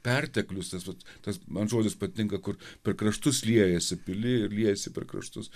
perteklius tas vat tas man žodis patinka kur per kraštus liejasi pili ir liejasi per kraštus